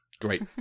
Great